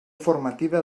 formativa